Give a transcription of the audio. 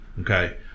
Okay